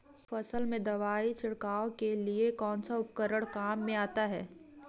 फसल में दवाई छिड़काव के लिए कौनसा उपकरण काम में आता है?